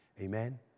Amen